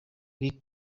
lee